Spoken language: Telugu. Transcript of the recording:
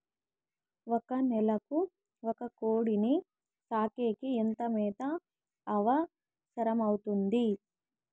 ఒక నెలకు ఒక కోడిని సాకేకి ఎంత మేత అవసరమవుతుంది?